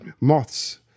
moths